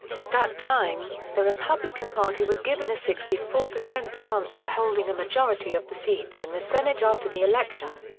at that time, the republican party was given a sixty four percent chance of holding a majority of the seats in the senate after the election.